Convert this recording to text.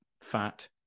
fat